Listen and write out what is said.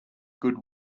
good